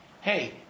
hey